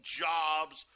jobs